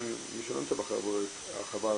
גם מי שלא נמצא בחברה הערבית,